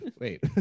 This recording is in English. wait